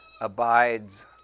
Abides